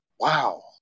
wow